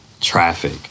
traffic